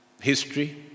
history